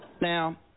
Now